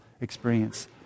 experience